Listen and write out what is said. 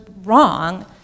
wrong